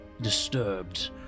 disturbed